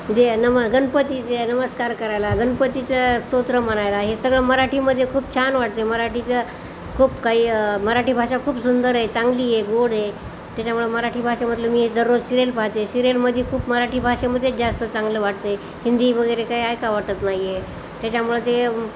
जे नम गणपतीचे नमस्कार करायला गणपतीचं स्तोत्र म्हणायला हे सगळं मराठीमध्ये खूप छान वाटते मराठीचं खूप काही मराठी भाषा खूप सुंदर आहे चांगली आहे गोड आहे त्याच्यामुळं मराठी भाषेमधलं मी दररोज सिरियल पाहते सिरियलमध्ये खूप मराठी भाषेमध्येच जास्त चांगलं वाटते हिंदी वगैरे काही ऐका वाटत नाही आहे त्याच्यामुळं ते